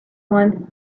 one